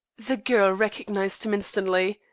the girl recognized him instantly.